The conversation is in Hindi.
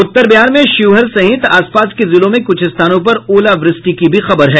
उत्तर बिहार में शिवहर सहित आसपास के जिलों में कुछ स्थानों पर ओलावृष्टि की भी खबर है